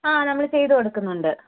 ആ നമ്മൾ ചെയ്തു കൊടുക്കുന്നുണ്ട്